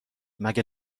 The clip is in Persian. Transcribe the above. مگه